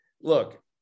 look